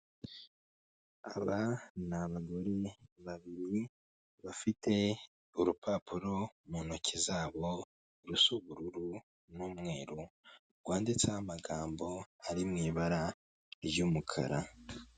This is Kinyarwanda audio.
Aba n'abagore babiri bafite urupapuro mu ntoki zabo rusa ubururu, n'umweru rwanditseho amagambo ari mu ibara ry'umukara.